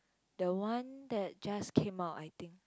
the one that just came out I think